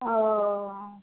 ओ